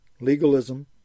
legalism